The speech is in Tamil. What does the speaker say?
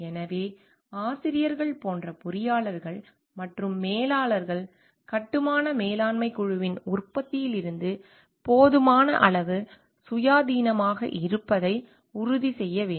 எனவே ஆசிரியர்கள் போன்ற பொறியாளர்கள் மற்றும் மேலாளர்கள் கட்டுமான மேலாண்மை குழுவின் உற்பத்தியில் இருந்து போதுமான அளவு சுயாதீனமாக இருப்பதை உறுதி செய்ய வேண்டும்